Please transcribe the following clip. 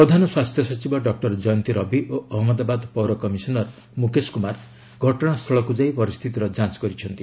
ପ୍ରଧାନ ସ୍ୱାସ୍ଥ୍ୟ ସଚିବ ଡକୁର ଜୟନ୍ତୀ ରବି ଓ ଅହମ୍ମଦାବାଦ ପୌର କମିଶନର୍ ମୁକେଶ କୁମାର ଘଟଣାସ୍ଥଳକୁ ଯାଇ ପରିସ୍ଥିତିର ଯାଞ୍ଚ କରିଛନ୍ତି